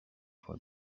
for